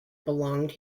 belonged